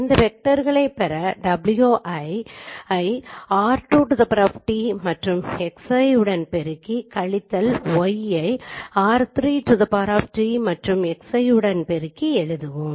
இந்த வெக்டர்களை பெற w 1 ஐ r2T மற்றும் Xi உடன் பெருக்கி கழித்தல் yi ஐ r3T மற்றும் Xi பெருக்கி எழுதுவோம்